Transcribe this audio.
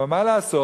אבל מה לעשות?